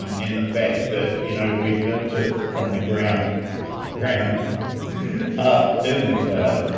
um and the fact that you know we've built it from the ground ground up in the cloud